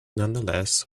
nonetheless